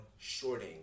shorting